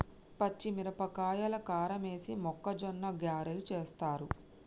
పచ్చిమిరపకాయల కారమేసి మొక్కజొన్న గ్యారలు చేస్తారు